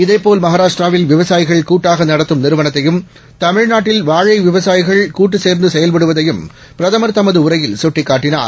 இதேபோல் ம் மாராஷ்டிராவில்விவசாயிகள்கூட்டாகநடத்தும்நிறுவனத் தையும் தமிழ்நாட்டில்வாழைவிவசாயிகள்கூட்டுசேர்ந்துசெயல்படுவ தையும்பிரதமர்தனதுஉரையில்சுட்டிக்காட்டினார்